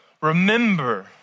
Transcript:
Remember